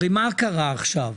הרי מה קרה עכשיו?